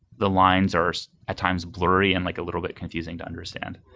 the lines are at times blurry and like a little bit confusing to understand.